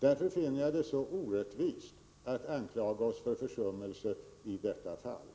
Därför finner jag det så orättvist att anklaga oss för försummelse i det här fallet.